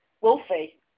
Wolfie